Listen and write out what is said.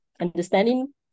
understanding